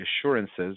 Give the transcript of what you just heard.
assurances